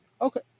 Okay